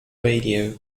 radio